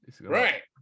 Right